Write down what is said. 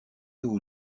aux